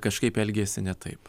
kažkaip elgėsi ne taip